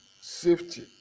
safety